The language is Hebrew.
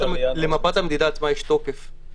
למפת המדידה עצמה יש תוקף.